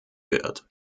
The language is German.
wird